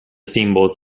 symbols